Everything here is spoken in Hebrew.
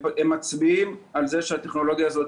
הם מצביעים על זה שהטכנולוגיה הזאת